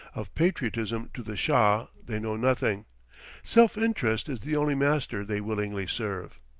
of patriotism to the shah they know nothing self-interest is the only master they willingly serve.